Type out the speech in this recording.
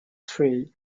tree